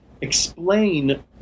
explain